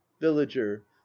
villager